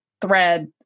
thread